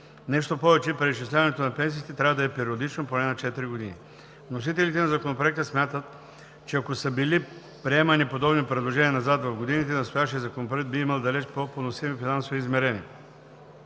Нещо повече, преизчисляването на пенсиите трябва да е периодично, поне на четири години. Вносителите на Законопроекта смятат, че ако са били приемани подобни предложения назад в годините, настоящият законопроект би имал далеч по-поносими финансови измерения.